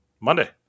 Monday